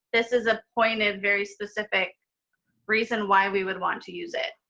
this is a point of very specific reason why we would want to use it.